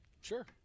sure